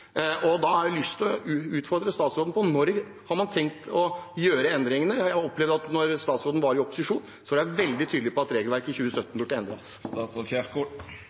Da har jeg lyst til å utfordre statsråden: Når har man tenkt å gjøre endringene? Jeg opplevde at da statsråden var i opposisjon, var hun veldig tydelig på at regelverket fra 2017 burde endres.